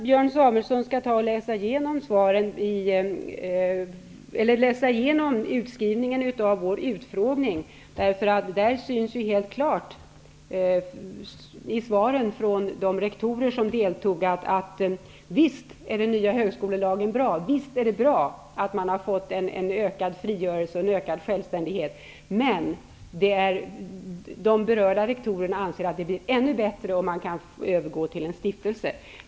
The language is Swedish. Herr talman! Jag tycker att Björn Samuelson skall läsa igenom utskriften av vår utfrågning. Av svaren från de rektorer som deltog framgår helt klart att den nya högskolelagen är bra och att det är bra att man har fått en ökad frigörelse och självständighet. Men de berörda rektorerna anser att det är ännu bättre om deras skolor övergår till stiftelser.